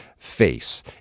Face